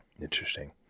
Interesting